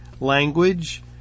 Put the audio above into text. language